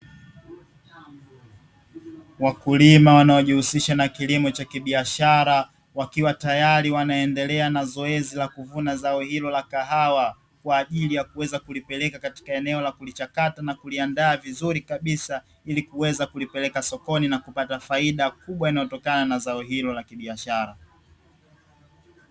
Wakulima wanaojihusisha na kilimo cha kibiashara wakiwa tayaari wanaendelea na zoezi la kuvuna zao hilo la kahawa, kwajili ya kuweza kulipeleka eneo la kulichakata na kuliandaa vizuri kabisa, ili kuweza kulipeleka sokoni na kupata faida kubwa inayo kutoka na zao hilo la kibiashara.